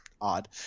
odd